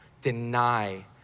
Deny